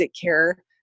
care